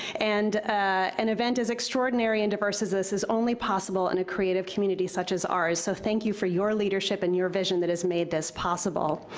and an event as extraordinary and diverse as this is only possible in and a creative community such as ours. so thank you for your leadership and your vision that has made this possible.